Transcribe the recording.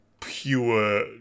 pure